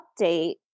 update